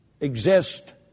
exist